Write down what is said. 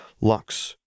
Lux